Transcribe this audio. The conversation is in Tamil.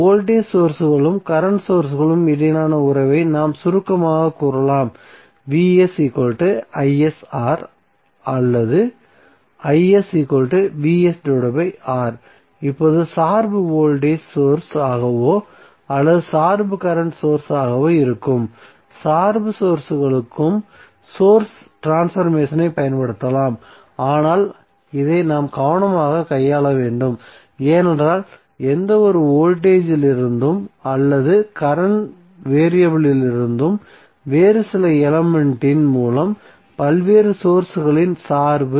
வோல்டேஜ் சோர்ஸ்களுக்கும் கரண்ட் சோர்ஸ்களுக்கும் இடையிலான உறவை நாம் சுருக்கமாகக் கூறலாம் or இப்போது சார்பு வோல்டேஜ் சோர்ஸ் ஆகவோ அல்லது சார்பு கரண்ட் சோர்ஸ் ஆகவோ இருக்கும் சார்பு சோர்ஸ்களுக்கும் சோர்ஸ் ட்ரான்ஸ்பர்மேசன் பயன்படுத்தப்படலாம் ஆனால் இதை நாம் கவனமாகக் கையாள வேண்டும் ஏனென்றால் எந்தவொரு வோல்டேஜ் இலிருந்தும் அல்லது கரண்ட் வேறியபிள்லிருந்தும் வேறு சில எலமென்ட்டின் மூலம் பல்வேறு சோர்ஸ்களின் சார்பு